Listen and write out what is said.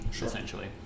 essentially